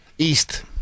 East